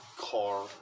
car